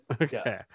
Okay